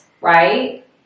right